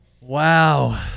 Wow